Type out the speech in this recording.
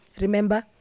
remember